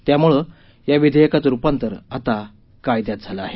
त्यामुळे या विधेयकांचं रुपांतर आता कायद्यात झालं आहे